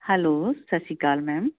hello ਸਤਿ ਸ਼੍ਰੀ ਅਕਾਲ ਮੈਮ